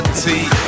tea